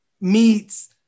meets